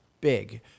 big